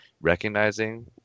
recognizing